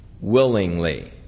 willingly